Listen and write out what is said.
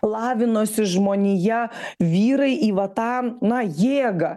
lavinosi žmonija vyrai į va tą na jėgą